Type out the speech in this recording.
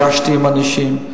נפגשתי עם אנשים,